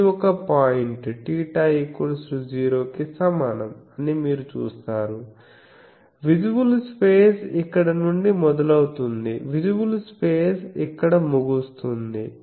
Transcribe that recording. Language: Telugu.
ఇది ఒక పాయింట్ θ 0 కి సమానం అని మీరు చూస్తారువిజిబుల్ స్పేస్ ఇక్కడ నుండి మొదలవుతుంది విజిబుల్ స్పేస్ ఇక్కడ ముగుస్తుంది